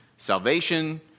salvation